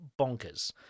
bonkers